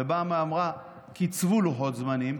ובאה ואמרה: קצבו לוחות זמנים.